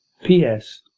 p s.